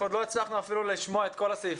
עוד לא הצלחנו לשמוע את כל הסעיפים.